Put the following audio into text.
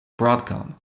Broadcom